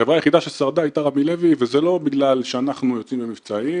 החברה היחידה ששרדה הייתה רמי לוי וזה לא בגלל שאנחנו יוצאים במבצעים.